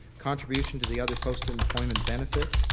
contribution to the other post employment benefit